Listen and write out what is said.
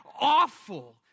awful